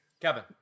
Kevin